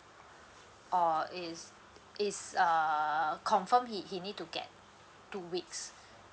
or it's it's err confirm he he need to get two weeks